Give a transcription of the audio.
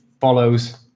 follows